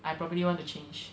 I probably want to change